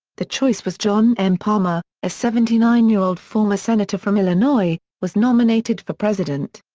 the choice was john m. palmer, a seventy nine year old former senator from illinois, was nominated for president.